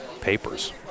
papers